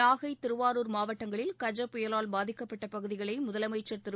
நாகை திருவாரூர் மாவட்டங்களில் கஜ புயலால் பாதிக்கப்பட்ட பகுதிகளை முதலமைச்சர் திரு